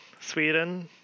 Sweden